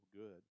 good